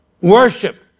worship